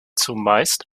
zumeist